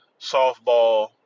softball